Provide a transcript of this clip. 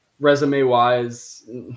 Resume-wise